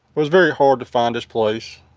was very hard to find his place.